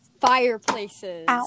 fireplaces